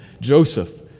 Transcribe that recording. Joseph